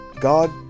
God